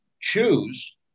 choose